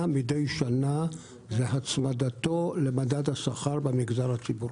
מדי שנה זה הצמדתו למדד השכר במגזר הציבורי.